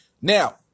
Now